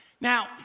Now